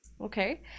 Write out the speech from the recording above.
Okay